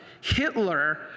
Hitler